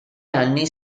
anni